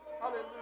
hallelujah